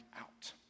out